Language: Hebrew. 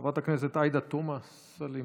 חברת הכנסת עאידה תומא סלימאן,